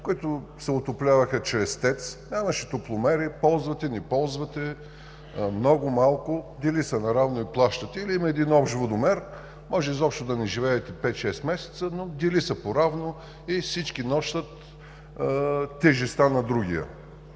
като се отопляваха чрез ТЕЦ, нямаше топломери, ползвате – не ползвате, много малко, дели се наравно и плащате, има един общ водомер, може изобщо да не живеете 5-6 месеца, но се дели по равно и всички носят тежестта на другия.